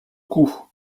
coups